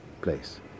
place